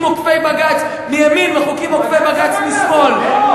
עוקפי בג"ץ מימין וחוקים עוקפי בג"ץ משמאל,